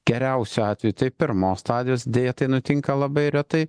geriausiu atveju tai pirmos stadijos deja tai nutinka labai retai